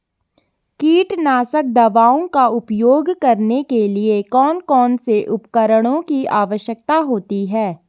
कीटनाशक दवाओं का उपयोग करने के लिए कौन कौन से उपकरणों की आवश्यकता होती है?